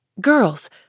Girls